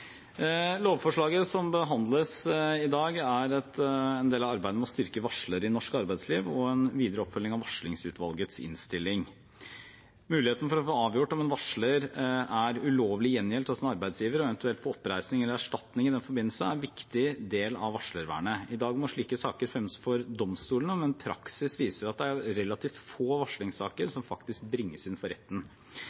Lovforslaget som behandles i dag, er en del av arbeidet med å styrke varslere i norsk arbeidsliv og en videre oppfølging av varslingsutvalgets innstilling. Muligheten for å få avgjort om en varsler er ulovlig gjengjeldt av sin arbeidsgiver og eventuelt får oppreisning eller erstatning i den forbindelse, er en viktig del av varslervernet. I dag må slike saker fremmes for domstolene, men praksis viser at det er relativt få varslingssaker